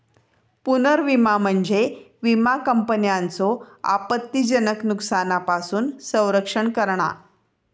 पुनर्विमा म्हणजे विमा कंपन्यांचो आपत्तीजनक नुकसानापासून संरक्षण करणा